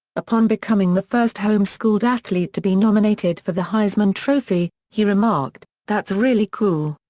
upon becoming the first home-schooled athlete to be nominated for the heisman trophy, he remarked, that's really cool.